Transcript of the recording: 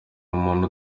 umuntu